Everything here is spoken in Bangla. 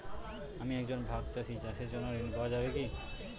আমি একজন ভাগ চাষি চাষের জন্য ঋণ পাওয়া যাবে কি?